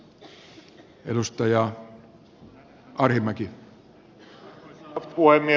arvoisa puhemies